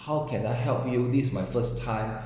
how can I help you this my first time